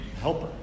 helper